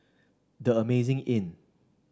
The Amazing Inn